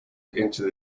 into